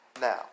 Now